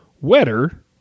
Wetter